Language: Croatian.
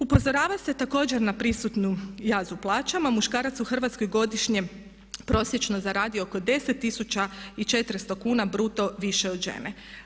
Upozorava se također na prisutan jaz u plaćama, muškarac u Hrvatskoj godišnje prosječno zaradi oko 10 400 kuna bruto više od žene.